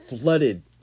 flooded